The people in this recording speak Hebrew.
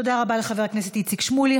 תודה רבה לחבר הכנסת איציק שמולי.